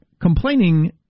complaining